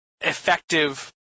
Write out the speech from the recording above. effective